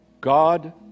God